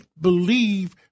believe